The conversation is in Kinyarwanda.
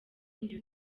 njye